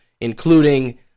including